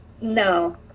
no